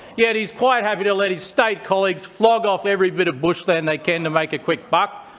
yet he's quite happy to let his state colleagues flog off every bit of bushland they can to make a quick buck,